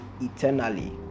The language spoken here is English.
eternally